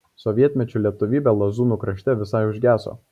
sovietmečiu lietuvybė lazūnų krašte visai užgeso